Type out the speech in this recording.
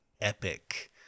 epic